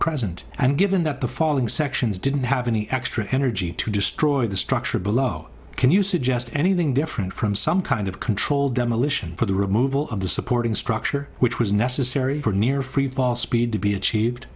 present and given that the falling sections didn't have any extra energy to destroy the structure below can you suggest anything different from some kind of controlled demolition for the removal of the supporting structure which was necessary for near freefall speed to be achieved